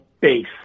base